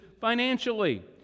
financially